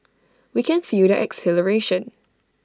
we can feel their exhilaration